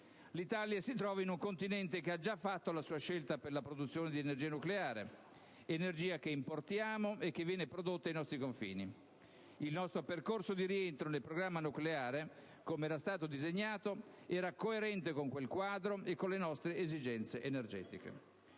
L'Italia si trova in un Continente che ha già fatto la sua scelta per la produzione di energia nucleare: energia che importiamo e che viene prodotta ai nostri confini. Il nostro percorso di rientro nel programma nucleare, come era stato disegnato, era coerente con quel quadro e con le nostre esigenze energetiche.